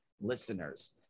listeners